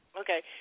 Okay